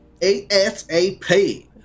ASAP